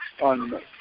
on